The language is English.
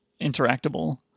interactable